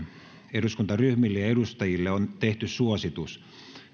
eduskuntaryhmille ja edustajille on tehty suositus